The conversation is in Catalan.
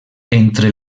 entre